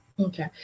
Okay